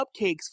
cupcakes